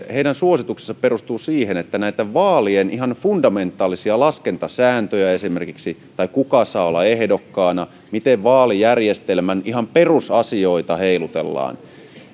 heidän suosituksensa perustuvat siihen että näitten vaalien ihan fundamentaalisia laskentasääntöjä esimerkiksi sitä kuka saa olla ehdokkaana miten vaalijärjestelmän ihan perusasioita heilutellaan